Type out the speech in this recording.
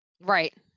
right